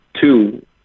Two